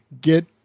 get